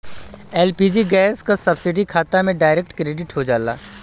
LPG gas क subsidy खाता में डायरेक्ट क्रेडिट हो जाला